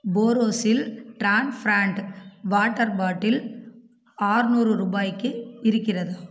Borosil transparent water bottle அறுநூறு ரூபாய்க்கு இருக்கிறதா